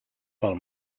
pel